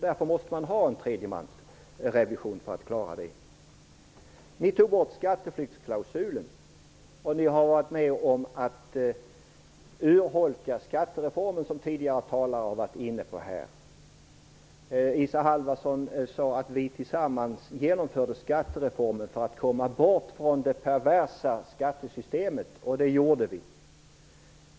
Därför måste man ha en tredjemansrevision. Ni tog bort skatteflyktsklausulen, och ni har varit med om att urholka skattereformen, som tidigare talare har varit inne på här. Isa Halvarsson sade att vi tillsammans genomförde skattereformen för att komma bort från det perversa skattesystemet. Det gjorde vi.